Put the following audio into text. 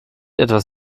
etwas